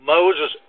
Moses